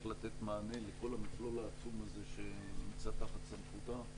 לתת מענה לכל המכלול העצום הזה שנמצא תחת סמכותה.